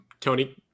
Tony